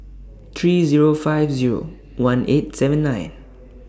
three Zero five Zero one eight seven nine